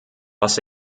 was